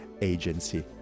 Agency